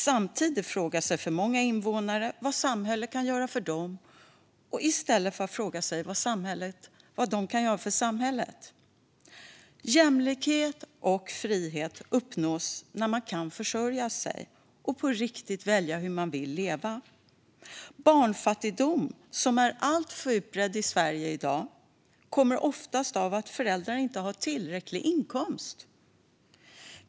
Samtidigt frågar alltför många invånare vad samhället kan göra för dem i stället för vad de kan göra för samhället. Jämlikhet och frihet uppnås när man kan försörja sig och på riktigt välja hur man vill leva. Barnfattigdom, som är alltför utbredd i Sverige i dag, kommer oftast av att föräldrar inte har tillräcklig inkomst.